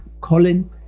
Colin